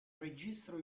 registro